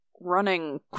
running